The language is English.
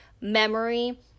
memory